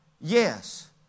Yes